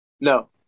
no